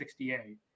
68